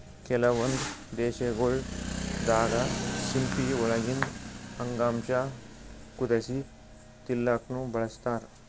ಕೆಲವೊಂದ್ ದೇಶಗೊಳ್ ದಾಗಾ ಸಿಂಪಿ ಒಳಗಿಂದ್ ಅಂಗಾಂಶ ಕುದಸಿ ತಿಲ್ಲಾಕ್ನು ಬಳಸ್ತಾರ್